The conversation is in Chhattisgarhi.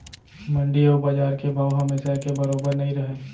मंडी अउ बजार के भाव हमेसा एके बरोबर नइ रहय